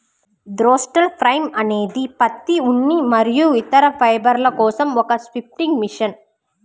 throstle frame అనేది పత్తి, ఉన్ని మరియు ఇతర ఫైబర్ల కోసం ఒక స్పిన్నింగ్ మెషిన్